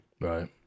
Right